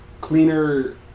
Cleaner